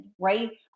right